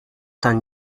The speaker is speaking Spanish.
tan